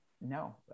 no